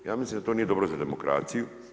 Ja mislim da to nije dobro za demokraciju.